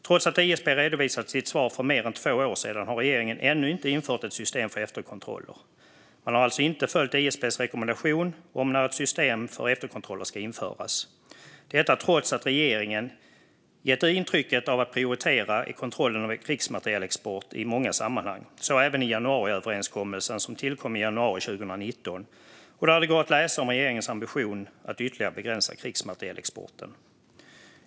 Trots att ISP redovisade sitt svar för mer än två år sedan har regeringen ännu inte infört ett system för efterkontroller. Man har alltså inte följt ISP:s rekommendation om när ett system för efterkontroller ska införas, detta trots att regeringen i många sammanhang gett intrycket av att prioritera kontrollen av krigsmaterielexport, så även i januariöverenskommelsen som tillkom i januari 2019. Där går att läsa om regeringens ambition att ytterligare begränsa krigsmaterielexporten.